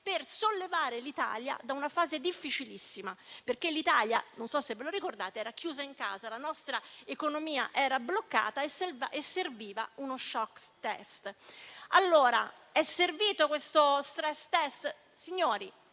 per sollevare l'Italia da una fase difficilissima, perché l'Italia - non so se ve lo ricordate - era chiusa in casa, la nostra economia era bloccata e serviva uno *shock test*. È servito lo *stress test*? Signori,